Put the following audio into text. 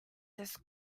this